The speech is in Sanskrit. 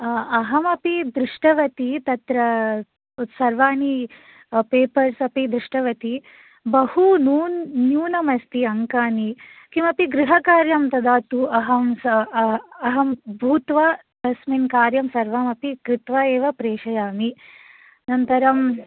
अहमपि दृष्टवती तत्र सर्वाणि पेपर्स् अपि दृष्टवती बहु न्यून् न्यूनम् अस्ति अङ्कानि किमपि गृहकार्यं ददातु अहम् अहं भूत्वा अस्मिन् कार्यं सर्वमपि कृत्वा एव प्रेषयामि अनन्तरम्